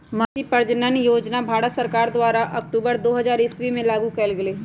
मवेशी प्रजजन योजना भारत सरकार द्वारा अक्टूबर दू हज़ार ईश्वी में लागू कएल गेल